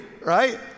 right